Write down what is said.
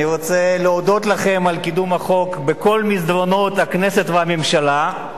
אני רוצה להודות לכם על קידום החוק בכל מסדרונות הכנסת והממשלה.